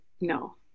no